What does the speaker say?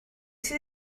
sydd